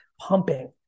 pumping